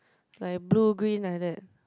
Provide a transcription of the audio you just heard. like blue green like that